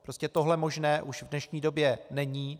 Prostě tohle možné už v dnešní době není.